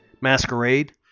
Masquerade